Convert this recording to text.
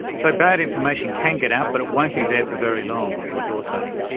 so bad information can get out, but it won't be there for very long, is what you're saying.